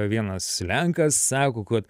vienas lenkas sako kad